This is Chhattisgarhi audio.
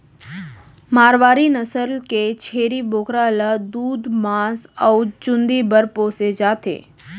मारवारी नसल के छेरी बोकरा ल दूद, मांस अउ चूंदी बर पोसे जाथे